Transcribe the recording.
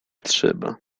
trzeba